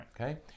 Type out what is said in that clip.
okay